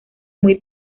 muy